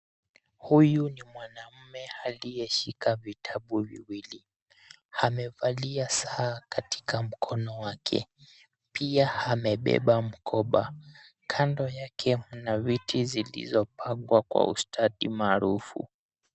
Huyu ni mwanamume aliyeshika vitabu viwili. Amevalia saa katika mkono wake. Pia amebeba mkoba. Kando yake kuna viti vilivyopangwa kwa ustadi maarufu.